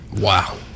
Wow